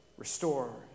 Restore